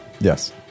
Yes